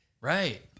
Right